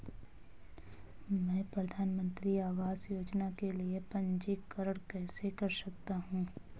मैं प्रधानमंत्री आवास योजना के लिए पंजीकरण कैसे कर सकता हूं?